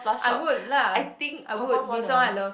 I would lah I would with someone I love